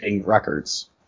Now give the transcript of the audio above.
records